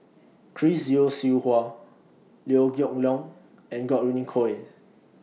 Chris Yeo Siew Hua Liew Geok Leong and Godwin Koay